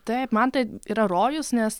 taip man tai yra rojus nes